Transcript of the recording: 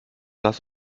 lasst